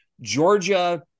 Georgia